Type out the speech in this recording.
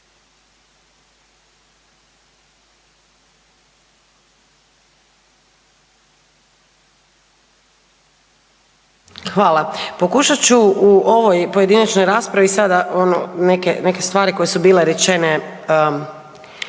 Hvala. Pokušat ću u ovoj pojedinačno raspravi sada ono neke stvari koje su bile rečene